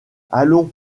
allons